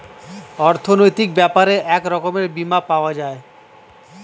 অর্থনৈতিক ব্যাপারে এক রকমের বীমা পাওয়া যায়